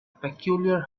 peculiar